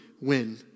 win